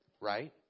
right